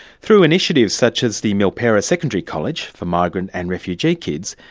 through initiatives such as the milpera secondary college for migrant and refugee kids,